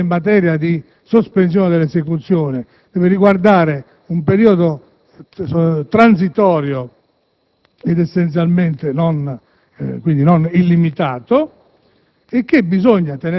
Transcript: la normazione in materia di sospensione dell'esecuzione deve riguardare un periodo transitorio ed essenzialmente non illimitato;